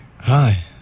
Hi